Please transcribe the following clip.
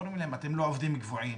אומרים להם: אתם לא עובדים קבועים,